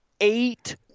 eight